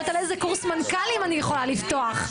חושבת איזה קורס מנכ"לים אני יכולה לפתוח.